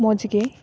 ᱢᱚᱡᱽ ᱜᱮ